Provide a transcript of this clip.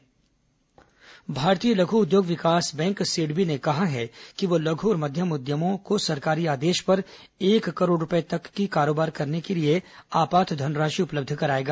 corona SIDBI भारतीय लघु उद्योग विकास बैंक सिडबी ने कहा है कि वह लघु और मध्यम उद्यमों को सरकारी आदेश पर एक करोड़ रूपए तक की कारोबार करने के लिए आपात धनराशि उपलब्ध कराएगा